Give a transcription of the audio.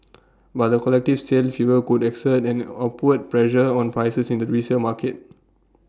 but the collective sale fever could exert an upward pressure on prices in the resale market